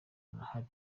arahari